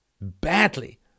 badly